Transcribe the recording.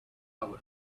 oven